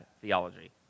theology